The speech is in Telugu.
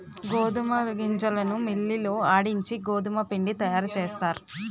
గోధుమ గింజలను మిల్లి లో ఆడించి గోధుమపిండి తయారుచేస్తారు